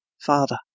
Father